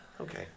okay